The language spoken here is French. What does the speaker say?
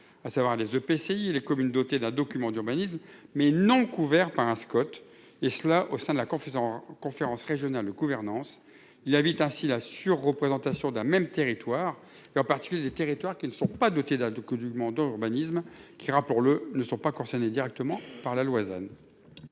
à savoir les EPCI les communes dotées d'un document d'urbanisme mais non couverts par un Scott et cela au sein de la confusion. Conférence régionale gouvernance il invite ainsi la sur-. Représentation d'un même territoire et en particulier des territoires qui ne sont pas dotés d'un du coup du commando urbanisme qui aura pour le ne sont pas concernés directement par la loi.